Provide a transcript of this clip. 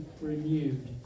renewed